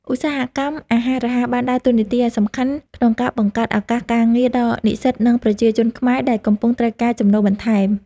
ឧស្សាហកម្មអាហាររហ័សបានដើរតួយ៉ាងសំខាន់ក្នុងការបង្កើតឱកាសការងារដល់និស្សិត និងប្រជាជនខ្មែរដែលកំពុងត្រូវការចំណូលបន្ថែម។